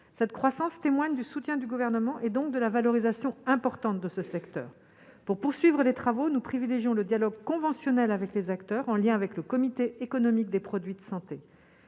cette croissance témoigne du soutien du gouvernement et donc de la valorisation importante de ce secteur pour poursuivre les travaux, nous privilégions le dialogue conventionnel avec les acteurs, en lien avec le comité économique des produits de santé